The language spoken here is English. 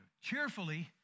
cheerfully